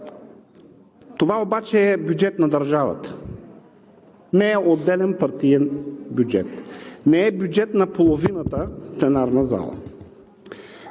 Това обаче е бюджет на държавата, не е отделен партиен бюджет, не е бюджет на половината пленарна зала.